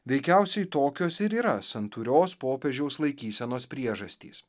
veikiausiai tokios ir yra santūrios popiežiaus laikysenos priežastys